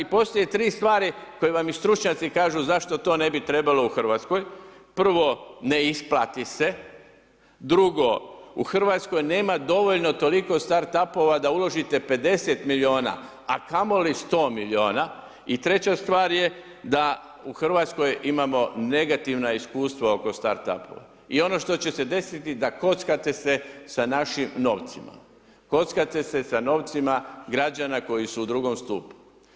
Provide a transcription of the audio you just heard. I postoje 3 stvari koje vam i stručnjaci kažu zašto to ne bi trebalo u RH, prvo ne isplati se, drugo, u RH nema dovoljno toliko Start apova da uložite 50 milijuna, a kamoli 100 milijuna i treća stvar je da u RH imamo negativna iskustva oko Start apova i ono što će se desiti da kockate se sa našim novcima, kockate se sa novcima građana koji su u drugom stupu.